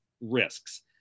risks